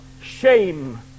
shame